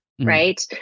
right